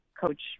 coach